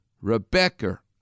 Rebecca